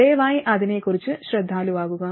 ദയവായി അതിനെക്കുറിച്ച് ശ്രദ്ധാലുവായിരിക്കുക